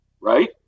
right